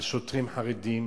על שוטרים חרדים,